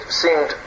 seemed